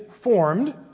formed